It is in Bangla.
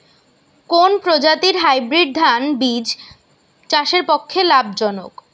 কোন প্রজাতীর হাইব্রিড ধান বীজ চাষের পক্ষে লাভজনক?